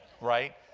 right